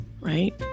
right